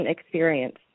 experience